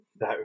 no